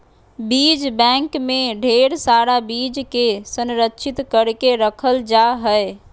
बीज बैंक मे ढेर सारा बीज के संरक्षित करके रखल जा हय